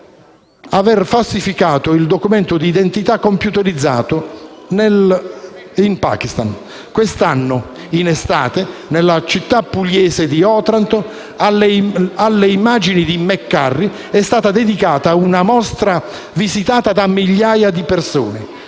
aver falsificato il documento di identità computerizzato in Pakistan. Quest'anno in estate, nella città pugliese di Otranto, alle immagini di McCurry è stata dedicata una mostra visitata da migliaia di persone.